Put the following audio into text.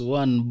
one